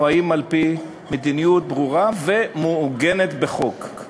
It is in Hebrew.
או על-פי מדיניות ברורה ומעוגנת בחוק?